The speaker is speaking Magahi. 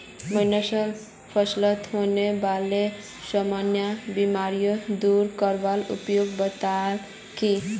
मनीष फलत होने बाला सामान्य बीमारिक दूर करवार उपाय बताल की